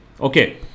Okay